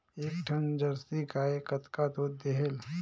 एक ठन जरसी गाय कतका दूध देहेल?